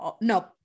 No